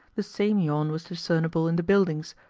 the same yawn was discernible in the buildings,